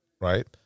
Right